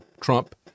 Trump